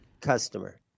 customer